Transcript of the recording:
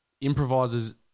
improvises